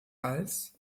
als